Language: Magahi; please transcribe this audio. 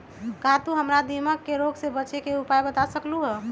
का तू हमरा दीमक के रोग से बचे के उपाय बता सकलु ह?